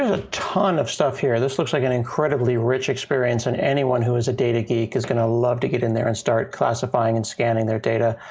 a ton of stuff here. this looks like an incredibly rich experience, and anyone who is a data geek is going to love to get in there and start classifying and scanning their data.